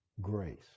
grace